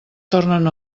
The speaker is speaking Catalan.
tornen